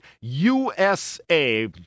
USA